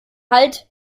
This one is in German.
hallt